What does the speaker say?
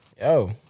yo